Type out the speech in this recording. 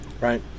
right